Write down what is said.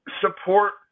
support